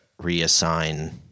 reassign